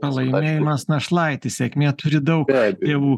pralaimėjimas našlaitis sėkmė turi daug tėvų